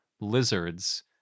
lizards